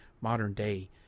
modern-day